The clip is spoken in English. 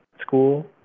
school